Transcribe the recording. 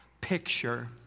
picture